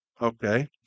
Okay